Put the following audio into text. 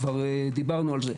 כבר דיברנו על זה.